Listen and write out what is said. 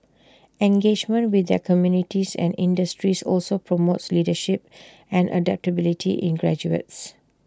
engagement with their communities and industries also promotes leadership and adaptability in graduates